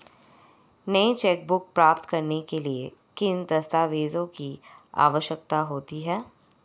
नई चेकबुक प्राप्त करने के लिए किन दस्तावेज़ों की आवश्यकता होती है?